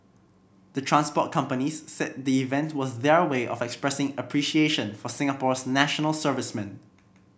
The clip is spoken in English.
the transport companies said the event was their way of expressing appreciation for Singapore's national servicemen